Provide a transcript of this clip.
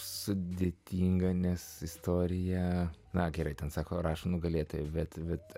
sudėtinga nes istorija na gerai ten sako rašo nugalėtojai bet bet